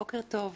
בוקר טוב,